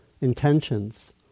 intentions